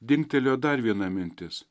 dingtelėjo dar viena mintis